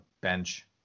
bench